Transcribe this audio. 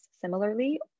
similarly